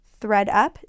ThreadUp